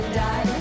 die